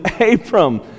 Abram